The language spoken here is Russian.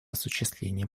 осуществления